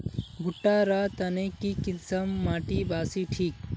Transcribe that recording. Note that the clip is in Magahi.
भुट्टा र तने की किसम माटी बासी ठिक?